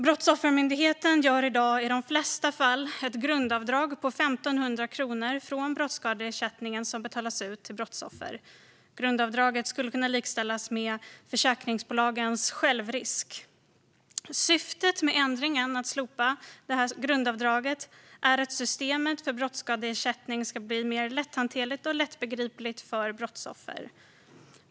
Brottsoffermyndigheten gör i dag i de flesta fall ett grundavdrag på 1 500 kronor från brottsskadeersättningen som betalas ut till brottsoffer. Grundavdraget kan likställas med försäkringsbolagens självrisk. Syftet med ändringen för att slopa grundavdraget är att systemet för brottsskadeersättning ska bli mer lätthanterligt och lättbegripligt för brottsoffer.